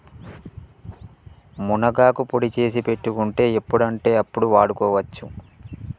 మునగాకు పొడి చేసి పెట్టుకుంటే ఎప్పుడంటే అప్పడు వాడుకోవచ్చు